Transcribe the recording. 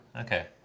Okay